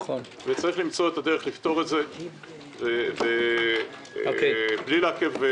צריך למצוא דרך לפתור את זה בלי לעכב.